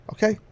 Okay